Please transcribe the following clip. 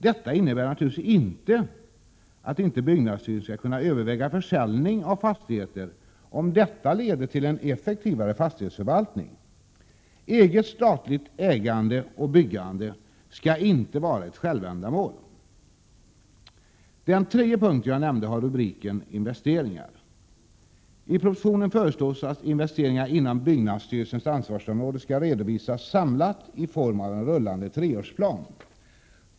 Detta innebär naturligtvis inte att byggnadsstyrelsen inte skall kunna överväga försäljning av fastigheter om detta leder till en effektivare fastighetsförvaltning. Statligt ägande och eget byggande skall inte vara ett självändamål. Den tredje punkten jag nämnde har rubriken Investeringar. I propositionen föreslås att investeringarna inom byggnadsstyrelsens ansvarsområde skall redovisas samlat i form av en rullande treårsplan.